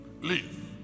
Leave